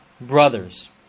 brothers